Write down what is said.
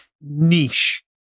niche